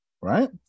Right